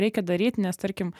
reikia daryt nes tarkim